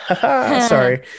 sorry